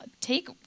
take